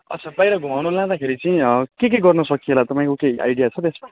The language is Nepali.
अच्छा बाहिर घुमाउनु लाँदाखेरि चाहिँ के के गर्नु सकिएला तपाईँको केही आइडिया छ त्यसमा